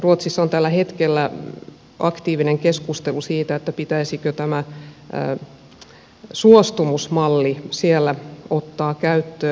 ruotsissa on tällä hetkellä aktiivinen keskustelu siitä pitäisikö tämä suostumusmalli siellä ottaa käyttöön